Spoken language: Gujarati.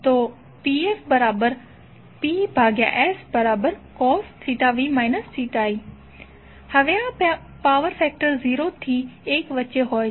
તો pfPScos v i હવે આ પાવર ફેક્ટર 0 થી એક વચ્ચે હોય છે